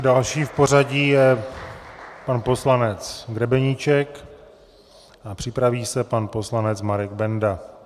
Další v pořadí je pan poslanec Grebeníček a připraví se pan poslanec Marek Benda.